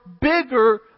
bigger